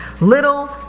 Little